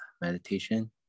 meditation